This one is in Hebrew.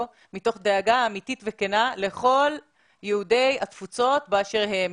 מתוך דאגה אמיתית וכנה לכל יהודי התפוצות באשר הם,